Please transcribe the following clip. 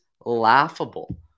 laughable